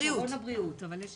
עובד בייעוץ